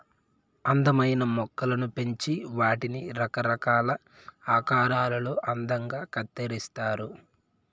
అందమైన మొక్కలను పెంచి వాటిని రకరకాల ఆకారాలలో అందంగా కత్తిరిస్తారు